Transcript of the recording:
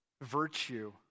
virtue